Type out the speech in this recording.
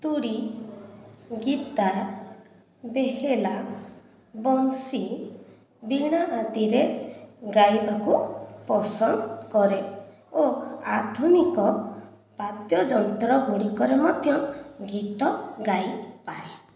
ତୂରୀ ଗୀତା ବେହେଲା ବଂଶୀ ବୀଣା ଆଦିରେ ଗାଇବାକୁ ପସନ୍ଦ କରେ ଓ ଆଧୁନିକ ବାଦ୍ୟଯନ୍ତ୍ର ଗୁଡ଼ିକରେ ମଧ୍ୟ ଗୀତ ଗାଇପାରେ